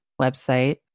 website